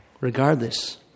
regardless